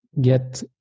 get